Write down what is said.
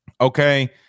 Okay